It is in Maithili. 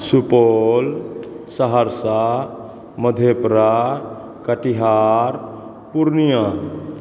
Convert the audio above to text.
सुपौल सहरसा मधेपुरा कटिहार पूर्णिया